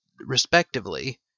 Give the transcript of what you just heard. respectively